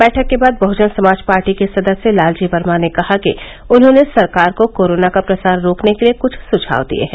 वैठक के बाद बहुजन समाज पार्टी के सदस्य लालजी वर्मा ने कहा कि उन्होंने सरकार को कोरोना का प्रसार रोकने के लिए कुछ सुझाव दिए हैं